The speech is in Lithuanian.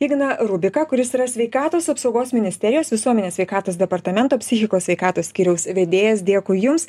igną rubiką kuris yra sveikatos apsaugos ministerijos visuomenės sveikatos departamento psichikos sveikatos skyriaus vedėjas dėkui jums